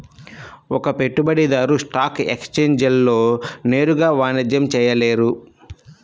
ఒక పెట్టుబడిదారు స్టాక్ ఎక్స్ఛేంజ్లలో నేరుగా వాణిజ్యం చేయలేరు